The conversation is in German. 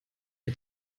der